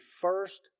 first